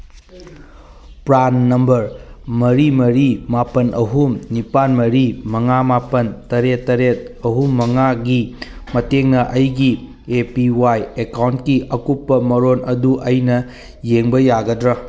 PRAN number ꯃꯔꯤ ꯃꯔꯤ ꯃꯥꯄꯟ ꯑꯍꯨꯝ ꯅꯤꯄꯥꯟ ꯃꯔꯤ ꯃꯉꯥ ꯃꯥꯄꯟ ꯇꯔꯦꯠ ꯇꯔꯦꯠ ꯑꯍꯨꯝ ꯃꯉꯥꯒꯤ ꯃꯇꯦꯡꯅ ꯑꯩꯒꯤ ꯑꯦ ꯄꯤ ꯋꯥꯏ ꯑꯦꯀꯥꯎꯟꯀꯤ ꯑꯀꯨꯞꯄ ꯃꯔꯣꯜ ꯑꯗꯨ ꯑꯩꯅ ꯌꯦꯡꯕ ꯌꯥꯒꯗ꯭ꯔꯥ